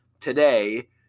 today